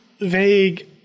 vague